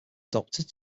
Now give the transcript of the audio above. adopted